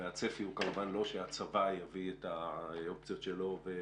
והצפי הוא לא שהצבא יביא את האופציות שלו.